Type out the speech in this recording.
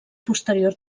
posterior